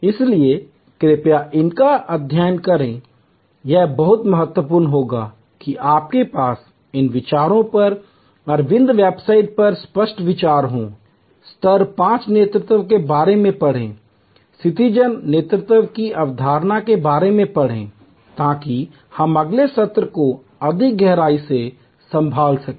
इसलिए कृपया इनका अध्ययन करें यह बहुत महत्वपूर्ण होगा कि आपके पास इन विचारों पर अरविंद वेबसाइट पर स्पष्ट विचार हों स्तर 5 नेतृत्व के बारे में पढ़ें स्थितिजन्य नेतृत्व की अवधारणा के बारे में पढ़ें ताकि हम अगले सत्र को अधिक गहराई से संभाल सकें